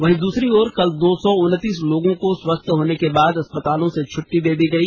वहीं दूसरी ओर कल दो सौ उन्तीस लोगों को स्वस्थ होने के बाद अस्पतालों से छट्टी दे दी गई